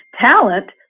talent